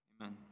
Amen